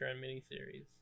mini-series